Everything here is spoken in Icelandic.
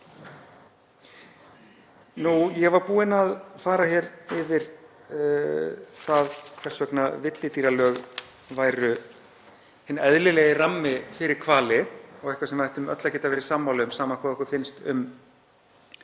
þá. Ég var búinn að fara yfir það hvers vegna villidýrlög væru hinn eðlilegi rammi fyrir hvali og eitthvað sem við ættum öll að geta verið sammála um, sama hvað okkur finnst um